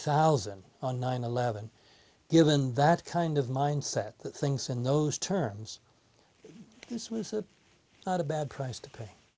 thousand on nine eleven given that kind of mindset things in those terms this was not a bad price to pay